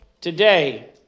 today